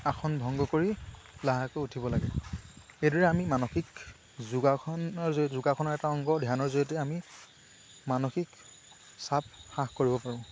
আসন ভংগ কৰি লাহেকৈ উঠিব লাগে এইদৰে আমি মানসিক যোগাসনৰ যোগাসনৰ এটা অংগ ধ্যানৰ জৰিয়তে আমি মানসিক চাপ হ্ৰাস কৰিব পাৰোঁ